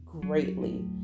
greatly